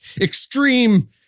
extreme